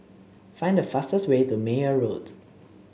find the fastest way to Meyer Road